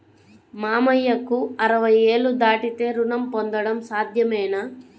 మామయ్యకు అరవై ఏళ్లు దాటితే రుణం పొందడం సాధ్యమేనా?